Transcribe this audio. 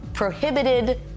prohibited